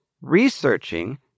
researching